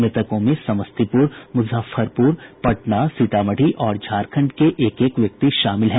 मृतकों में समस्तीपुर मुजफ्फरपुर पटना सीतामढ़ी और झारखंड के एक एक व्यक्ति शामिल हैं